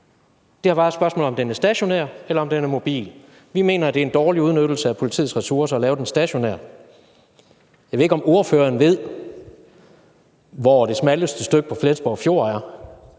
Det er bare et spørgsmål om, om den er stationær eller den er mobil. Vi mener, at det er en dårlig udnyttelse af politiets ressourcer at lave den stationær. Jeg ved ikke, om ordføreren ved, hvor det smalleste stykke på Flensborg Fjord er.